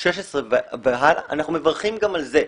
אנחנו מברכים גם על זה,